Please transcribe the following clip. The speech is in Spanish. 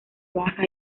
baja